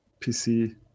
PC